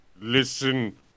LISTEN